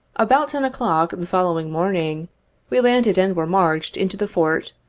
about ten o'clock the following morning we landed, and were marched into the fort,